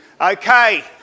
Okay